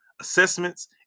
Assessments